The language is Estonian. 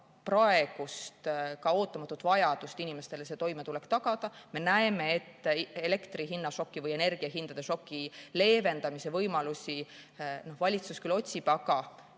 praegust, ka ootamatut vajadust inimestele toimetulek tagada. Me näeme, et elektrihinnašoki või energiahinnašoki leevendamise võimalusi valitsus küll otsib, aga